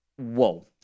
Whoa